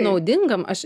naudingam aš